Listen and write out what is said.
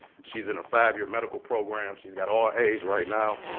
she's in a five-year medical program. she's got all a's right now.